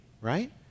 right